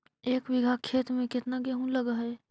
एक बिघा खेत में केतना गेहूं लग है?